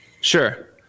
sure